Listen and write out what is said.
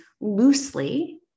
loosely